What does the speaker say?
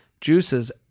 Juices